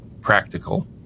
practical